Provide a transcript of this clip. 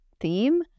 theme